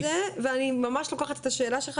דייקנו את זה ואני ממש לוקחת את השאלה שלך